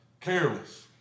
careless